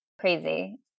Crazy